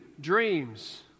Dreams